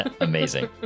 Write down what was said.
Amazing